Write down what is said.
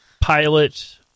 pilot